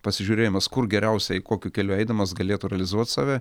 pasižiūrėjimas kur geriausiai kokiu keliu eidamas galėtų realizuot save